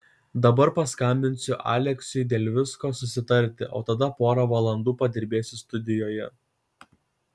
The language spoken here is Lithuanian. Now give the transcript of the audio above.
dabar paskambinsiu aleksiui dėl visko susitarti o tada porą valandų padirbėsiu studijoje